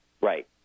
Right